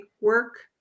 work